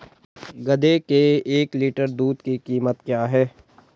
गधे के एक लीटर दूध की कीमत क्या है?